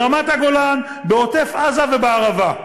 ברמת-הגולן, בעוטף-עזה ובערבה.